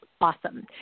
awesome